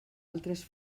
altres